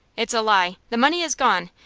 it's a lie! the money is gone,